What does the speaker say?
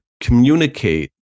communicate